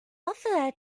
alpha